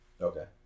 Okay